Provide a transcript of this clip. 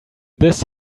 this